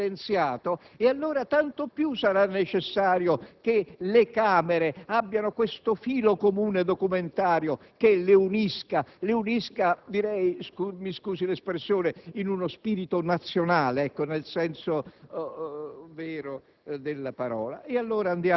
bicameralismo differenziato, allora tanto più sarà necessario che le Camere abbiano questo filo comune documentario che le unisca - mi si scusi l'espressione - in una dimensione nazionale, nel senso